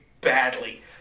badly